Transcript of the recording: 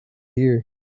here